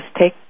take